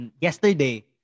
yesterday